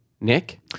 Nick